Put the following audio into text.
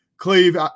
Cleve